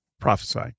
prophesy